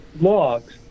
logs